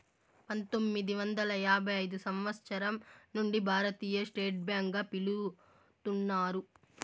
పంతొమ్మిది వందల యాభై ఐదు సంవచ్చరం నుండి భారతీయ స్టేట్ బ్యాంక్ గా పిలుత్తున్నారు